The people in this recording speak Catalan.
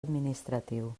administratiu